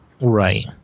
right